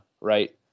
right